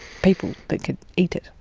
people, that could eat it?